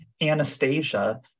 Anastasia